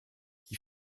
qui